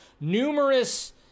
numerous